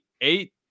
Eight